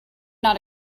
not